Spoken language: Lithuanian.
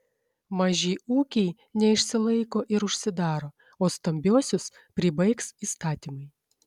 maži ūkiai neišsilaiko ir užsidaro o stambiuosius pribaigs įstatymai